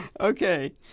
Okay